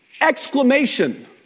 exclamation